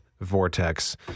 vortex